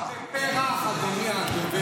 זה פרח, אדוני הדובר.